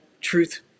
truth